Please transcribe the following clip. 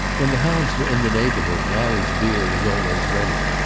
when the hounds were in the neighbourhood larry's beer was always ready.